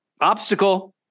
obstacle